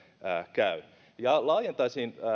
käy ja laajentaisin